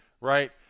Right